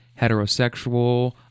heterosexual